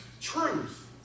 truth